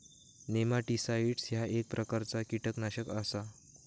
nematicides ह्या एक प्रकारचा कीटकनाशक आसा